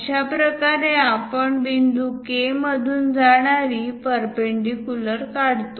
अशाप्रकारे आपण बिंदू K मधून जाणारी परपेंडीकुलर काढतो